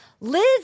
Liz